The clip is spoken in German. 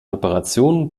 operationen